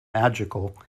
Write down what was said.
magical